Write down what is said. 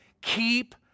keep